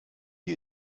you